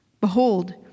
Behold